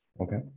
Okay